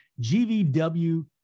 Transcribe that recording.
GVW